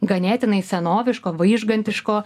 ganėtinai senoviško vaižgantiško